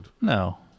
no